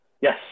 Yes